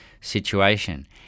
situation